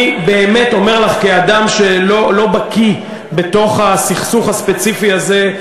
אני באמת אומר לך כאדם שלא בקי בסכסוך הספציפי הזה,